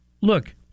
look